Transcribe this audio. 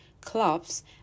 clubs